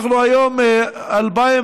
אנחנו היום ב-2018,